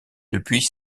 depuis